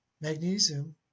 Magnesium